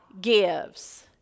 gives